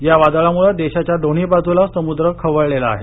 या वादळांमुळे देशाच्या दोन्ही बाजूला समुद्र खवळलेला आहे